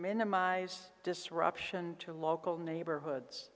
minimize disruption to local neighborhoods